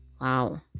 Wow